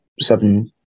seven